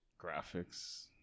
graphics